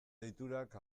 deiturak